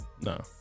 No